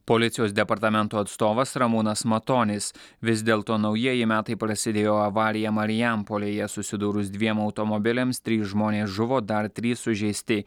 policijos departamento atstovas ramūnas matonis vis dėlto naujieji metai prasidėjo avarija marijampolėje susidūrus dviem automobiliams trys žmonės žuvo dar trys sužeisti